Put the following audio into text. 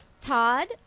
Todd